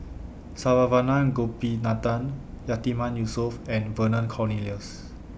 Saravanan Gopinathan Yatiman Yusof and Vernon Cornelius